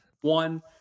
one